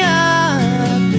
up